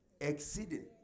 Exceeding